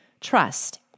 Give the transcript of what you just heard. Trust